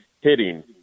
hitting